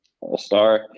all-star